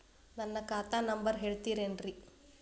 ನನ್ನ ಖಾತಾ ನಂಬರ್ ಹೇಳ್ತಿರೇನ್ರಿ?